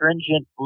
stringent